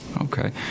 Okay